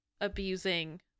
abusing